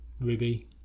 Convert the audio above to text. Ruby